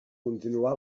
continuà